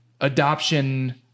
adoption